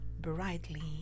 brightly